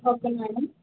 okay madam